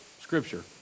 Scripture